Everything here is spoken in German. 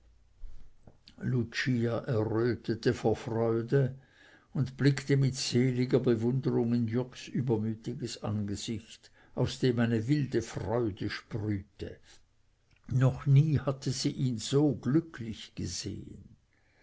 lucia errötete vor freude und blickte mit seliger bewunderung in jürgs übermütiges angesicht aus dem eine wilde freude sprühte noch nie hatte sie ihn so glücklich gesehn